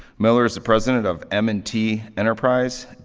miller is the president of m and t enterprise,